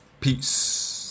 Peace